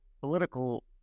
political